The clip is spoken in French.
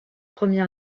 première